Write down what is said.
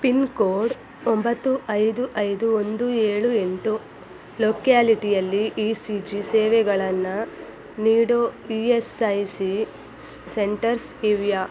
pin code ಒಂಬತ್ತು ಐದು ಐದು ಒಂದು ಏಳು ಎಂಟು ಲೊಕ್ಯಾಲಿಟಿಯಲ್ಲಿ ಇ ಸಿ ಜಿ ಸೇವೆಗಳನ್ನು ನೀಡೊ E S I C centres ಇವೆಯಾ